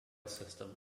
system